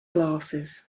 glasses